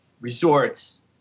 resorts